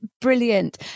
brilliant